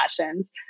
passions